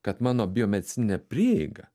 kad mano biomedicininė prieiga